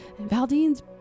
Valdine's